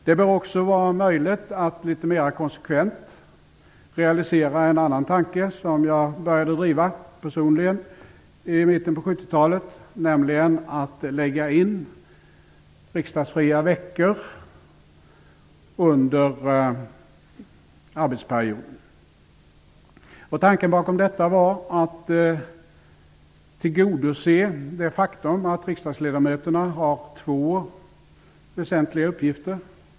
Det bör också vara möjligt att mer konsekvent realisera en annan tanke som jag personligen började driva i mitten av 70-talet, nämligen att lägga in riksdagsfria veckor under arbetsperioden. Tanken bakom detta var att riksdagsledamöterna har två väsentliga uppgifter.